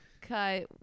Cut